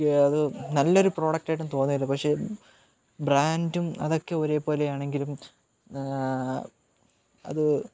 അത് നല്ലൊരു പ്രോഡക്ടായിട്ടു തോന്നിയില്ല പക്ഷേ ബ്രാൻഡും അതൊക്കെ ഒരേപോലെയാണെങ്കിലും അത്